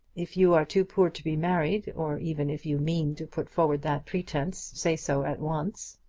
if you are too poor to be married or even if you mean to put forward that pretence, say so at once.